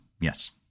yes